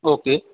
okay